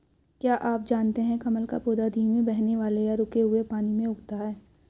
क्या आप जानते है कमल का पौधा धीमे बहने वाले या रुके हुए पानी में उगता है?